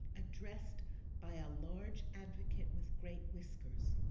addressed by a large advocate with great whiskers,